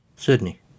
Sydney